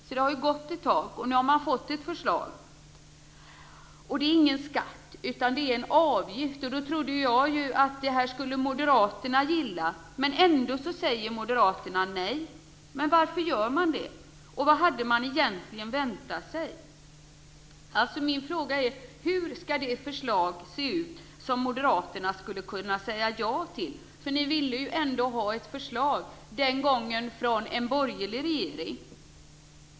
Sedan har det gått en tid, och nu har man fått ett förslag. Det är inte någon skatt, utan en avgift. Det trodde jag att moderaterna skulle gilla. Ändå säger moderaterna nej. Varför gör man det? Vad hade man egentligen väntat sig? Min fråga är: Hur skall det förslag se ut som moderaterna skulle kunna säga ja till? Ni ville ju ändå ha ett förslag, den gången från en borgerlig regering.